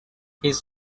his